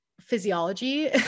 physiology